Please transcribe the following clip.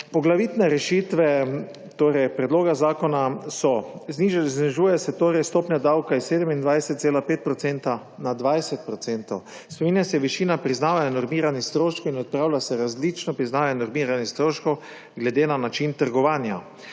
Poglavitne rešitve predloga zakona so: znižuje se stopnja davka s 27,5 % na 20 %; spreminja se višina priznavanje normiranih stroškov in odpravlja se različno priznanje, normiranje stroškov glede na način trgovanja;